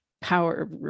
power